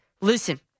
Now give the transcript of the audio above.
listen